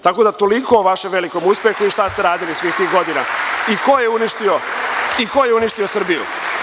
Tako da, toliko o vašem velikom uspehu, šta ste radili svih tih godina i ko je uništio Srbiju.